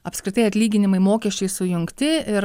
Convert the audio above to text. apskritai atlyginimai mokesčiai sujungti ir